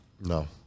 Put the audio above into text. No